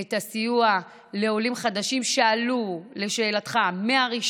את הסיוע לעולים חדשים שעלו, לשאלתך, מ-1